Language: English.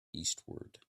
eastward